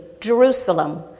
Jerusalem